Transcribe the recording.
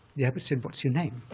the abbot said, what's your name?